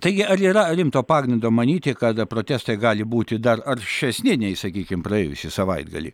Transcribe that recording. taigi ar yra rimto pagrindo manyti kad protestai gali būti dar aršesni nei sakykime praėjusį savaitgalį